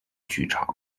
剧场